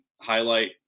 highlight